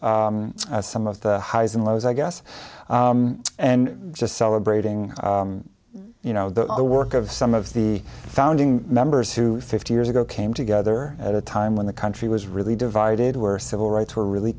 some of the highs and lows i guess and just celebrating you know the work of some of the founding members who fifty years ago came together at a time when the country was really divided were civil rights were really